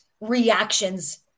reactions